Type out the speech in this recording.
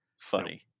Funny